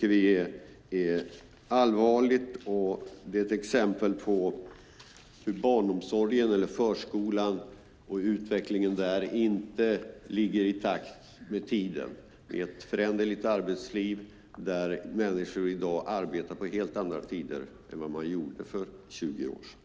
Det är allvarligt och ett exempel på hur förskolan och dess utveckling inte ligger i takt med tiden. Vi har ett föränderligt arbetsliv där människor arbetar på helt andra tider än vad man gjorde för 20 år sedan.